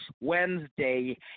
Wednesday